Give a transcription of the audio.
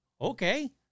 Okay